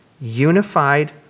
unified